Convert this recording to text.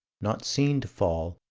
not seen to fall,